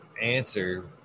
answer